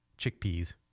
chickpeas